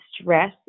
stress